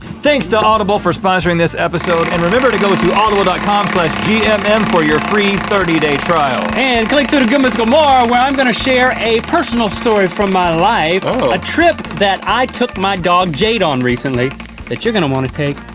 thanks to audible for sponsoring this episode, and remember to go to audible dot com slash gmm um and for your free, thirty day trial. and click through to good mythical more, where i'm gonna share a personal. story from my life. uh-oh! a trip that i took my dog, jade, on recently that you're gonna wanna take.